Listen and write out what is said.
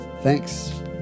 Thanks